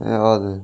ए हजुर